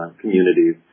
communities